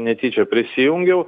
netyčia prisijungiau